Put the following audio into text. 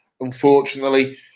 Unfortunately